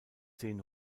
zehn